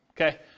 okay